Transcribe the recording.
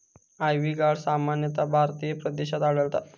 ivy gourd सामान्यतः भारतीय प्रदेशात आढळता